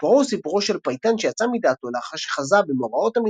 סיפורו הוא סיפורו של פייטן שיצא-מדעתו לאחר שחזה במוראות המלחמה,